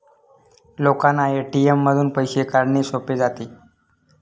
लोकांना ए.टी.एम मधून पैसे काढणे सोपे जाते